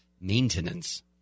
maintenance